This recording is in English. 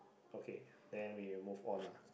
okay then we move on lah